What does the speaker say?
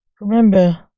Remember